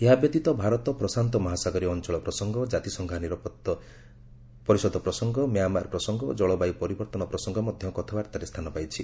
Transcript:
ଏହା ବ୍ୟତୀତ ଭାରତ ପ୍ରଶାନ୍ତମହାସାଗରୀୟ ଅଞ୍ଚଳ ପ୍ରସଙ୍ଗ ଜାତିସଂଘ ନିରାପତ୍ତା ପରିଷଦ ପ୍ରସଙ୍ଗ ମ୍ୟାଁମାର ପ୍ରସଙ୍ଗ ଓ ଜଳବାୟୁ ପରିବର୍ତ୍ତନ ପ୍ରସଙ୍ଗ ମଧ୍ୟ କଥାବାର୍ତ୍ତାରେ ସ୍ଥାନ ପାଇଛି